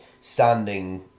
standing